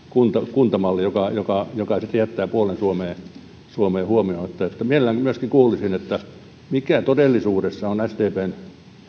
kuntamalli joka joka sitten jättää puolen suomea huomioimatta että mielelläni myöskin kuulisin mikä todellisuudessa on sdpn